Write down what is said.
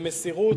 במסירות,